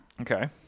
Okay